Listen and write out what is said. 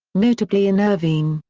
notably in irvine,